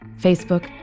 Facebook